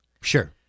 Sure